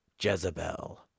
Jezebel